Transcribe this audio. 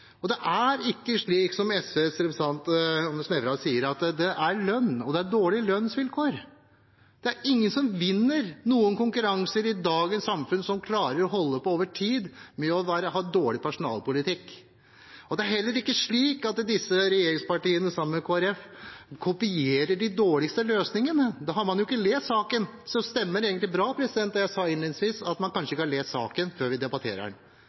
Og det er ikke slik som SVs representant Nævra sier, at det er lønn og dårlige lønnsvilkår. Det er ingen som vinner noen konkurranser i dagens samfunn som klarer å holde på over tid med å ha dårlig personalpolitikk. Det er heller ikke slik at regjeringspartiene, sammen med Kristelig Folkeparti, kopierer de dårligste løsningene. Da har man ikke lest saken. Så det stemmer egentlig bra, det jeg sa innledningsvis, at en kanskje ikke har lest saken før vi debatterer den.